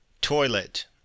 Toilet